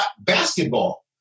basketball